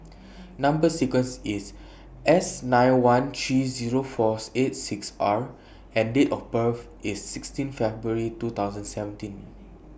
Number sequence IS S nine one three Zero four eight six R and Date of birth IS sixteen February two thousand seventeen